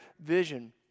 vision